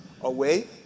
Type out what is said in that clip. away